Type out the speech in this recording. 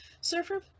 surfer